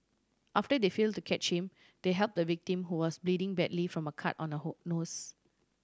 after they failed to catch him they helped the victim who was bleeding badly from a cut on the her nose